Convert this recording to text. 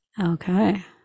Okay